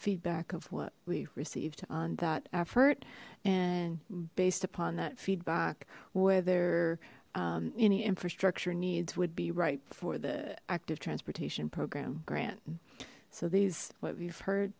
feedback of what we've received on that effort and based upon that feedback whether any infrastructure needs would be right for the active transportation program grant so these what we've heard